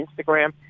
Instagram